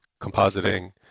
compositing